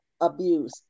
Abuse